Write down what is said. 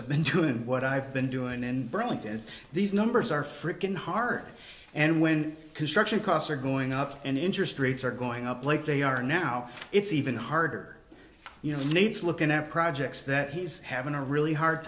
have been to and what i've been doing in burlington is these numbers are frickin heart and when construction costs are going up and interest rates are going up like they are now it's even harder you know nate's looking at projects that he's having a really hard